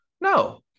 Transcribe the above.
No